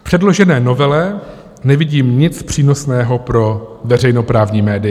V předložené novele nevidím nic přínosného pro veřejnoprávní média.